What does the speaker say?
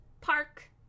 Park